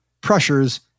pressures